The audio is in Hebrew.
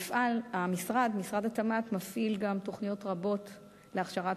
משרד התמ"ת מפעיל גם תוכניות רבות להכשרת